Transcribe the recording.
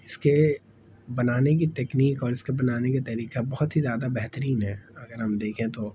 اس کے بنانے کی ٹکنیک اور بنانے کا طریقہ بہت ہی زیادہ بہترین ہے اگر ہم دیکھیں تو